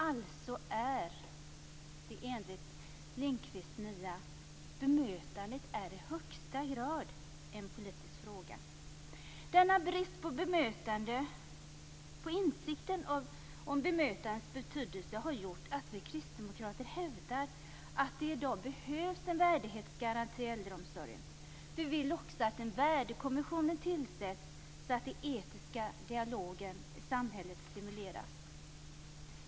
Alltså är, enligt Lindqvists nia, bemötandet i högsta grad en politisk fråga. Bristen på insikt om bemötandets betydelse gör att vi kristdemokrater hävdar att det i dag behövs en värdighetsgaranti i äldreomsorgen. Vi vill också att en värdekommission tillsätts så att den etiska dialogen i samhället stimuleras.